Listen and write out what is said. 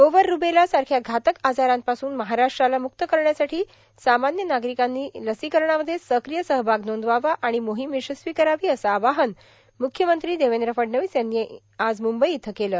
गोवर रुबेला सारख्या घातक आजारांपासून महाराष्ट्राला मुक्त करण्यासाठी सामान्य नागरिकांनी लसीकरणामध्ये सक्रिय सहभाग नोंदवावा आणि मोहीम यशस्वी करावी असे आवाहन मुख्यमंत्री देवेंद्र फडणवीस यांनी आज मुंबई इथं केले